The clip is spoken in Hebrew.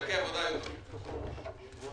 בבקשה.